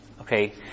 Okay